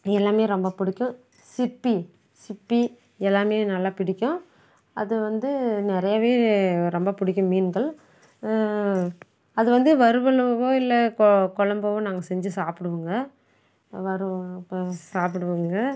எல்லாமே ரொம்ப பிடிக்கும் சிப்பி சிப்பி எல்லாமே நல்லா பிடிக்கும் அது வந்து நிறையவே ரொம்ப பிடிக்கும் மீன்கள் அது வந்து வறுவலோ இல்லை கொ கொழம்போ நாங்கள் செஞ்சு சாப்பிடுவோங்க வறுவல் அப்பறம் சாப்பிடுவோங்க